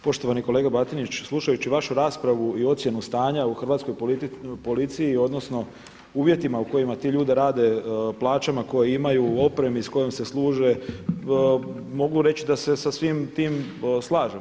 Poštovani kolega Batinić, slušajući vašu raspravu i ocjenu stanja u Hrvatskoj policiji odnosno uvjetima u kojima ti ljudi rade, plaćama koje imaju, opremi s kojom se služe mogu reći da se sa svim tim slažem.